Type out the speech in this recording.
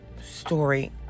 story